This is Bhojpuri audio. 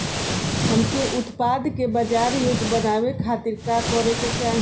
हमके उत्पाद के बाजार योग्य बनावे खातिर का करे के चाहीं?